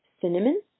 cinnamon